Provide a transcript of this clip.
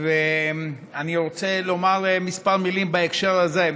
אני רוצה לומר כמה מילים בהקשר הזה,